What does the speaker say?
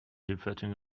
seepferdchen